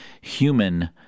human